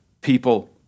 people